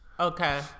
Okay